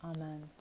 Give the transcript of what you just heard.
Amen